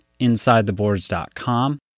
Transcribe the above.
insidetheboards.com